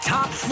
Top